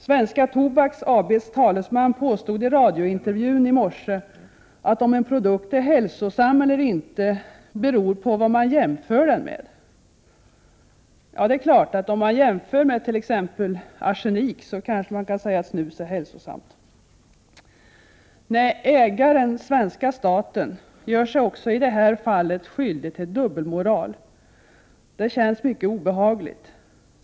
Svenska Tobaks AB:s talesman påstod i radiointervjun i morse att om en produkt är hälsosam eller inte beror på vad man jämför med. Ja, om man jämför med exempelvis arsenik så kanske man kan säga att snus är hälsosamt. Nej, ägaren, svenska staten, gör sig också i det här fallet skyldig till dubbelmoral. Det känns mycket obehagligt.